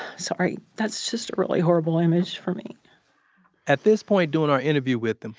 sorry, that's just a really horrible image for me at this point during our interview with them,